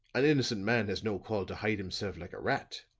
an innocent man has no call to hide himself like a rat.